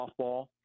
softball